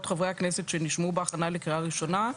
חברי הכנסת שנשמעו בהכנה לקריאה ראשונה.